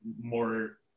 more